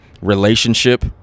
relationship